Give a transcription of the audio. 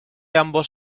ambos